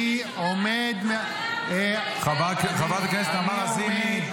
יודע --- חברת הכנסת נעמה לזימי.